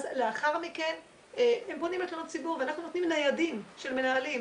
אז לאחר מכן הם פונים בתלונות ציבור ואנחנו נותנים ניידים של מנהלים.